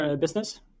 business